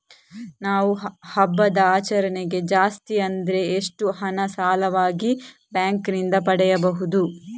ನಾವು ಹಬ್ಬದ ಆಚರಣೆಗೆ ಜಾಸ್ತಿ ಅಂದ್ರೆ ಎಷ್ಟು ಹಣ ಸಾಲವಾಗಿ ಬ್ಯಾಂಕ್ ನಿಂದ ಪಡೆಯಬಹುದು?